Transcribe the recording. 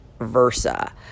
versa